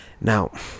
Now